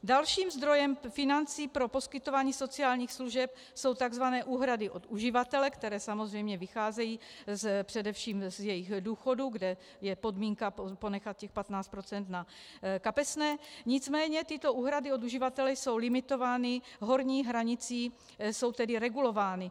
Dalším zdrojem financí pro poskytování sociálních služeb jsou tzv. úhrady od uživatele, které samozřejmě vycházejí především z jejich důchodů, kde je podmínka ponechat 15 % na kapesné, nicméně tyto úhrady od uživatele jsou limitovány horní hranicí, jsou tedy regulovány.